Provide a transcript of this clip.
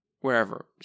wherever